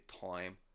time